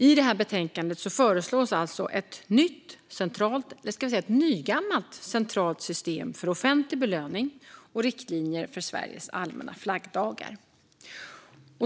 I betänkandet föreslås alltså ett nytt, eller kanske nygammalt, centralt system för offentlig belöning och riktlinjer för Sveriges allmänna flaggdagar.